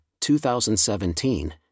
2017